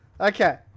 Okay